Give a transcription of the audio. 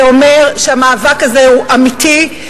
זה אומר שהמאבק הזה הוא אמיתי,